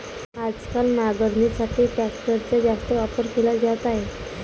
आजकाल नांगरणीसाठी ट्रॅक्टरचा जास्त वापर केला जात आहे